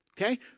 okay